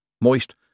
Moist